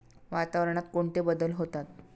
वातावरणात कोणते बदल होतात?